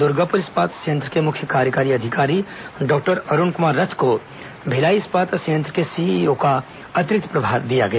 दुर्गापुर इस्पात संयंत्र के मुख्य कार्यकारी अधिकारी डॉक्टर अरूण कुमार रथ को भिलाई इस्पात संयंत्र के सीईओ का अतिरिक्त प्रभार दिया गया